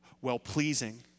well-pleasing